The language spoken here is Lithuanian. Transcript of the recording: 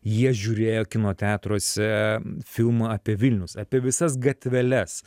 jie žiūrėjo kino teatruose filmą apie vilnius apie visas gatveles